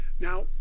Now